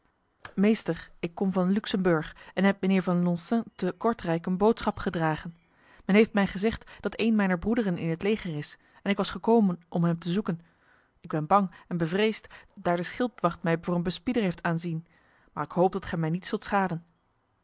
meester ik kom van luxemburg en heb mijnheer van loncin te kortrijk een boodschap gedragen men heeft mij gezegd dat een mijner broederen in het leger is en ik was gekomen om hem te zoeken ik ben bang en bevreesd daar de schildwacht mij voor een bespieder heeft aanzien maar ik hoop dat gij mij niet zult